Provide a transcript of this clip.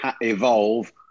evolve